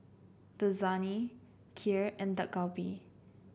Lasagne Kheer and Dak Galbi